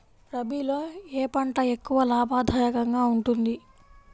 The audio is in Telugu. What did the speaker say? రబీలో ఏ పంట ఎక్కువ లాభదాయకంగా ఉంటుంది?